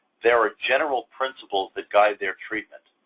there are general principles that guide their treatment.